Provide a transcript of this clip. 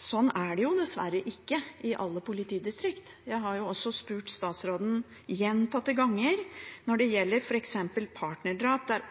Sånn er det dessverre ikke i alle politidistrikt. Jeg har spurt statsråden gjentatte ganger om f.eks. partnerdrap, der